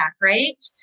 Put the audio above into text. right